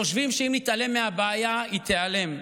חושבים שאם נתעלם מהבעיה היא תיעלם.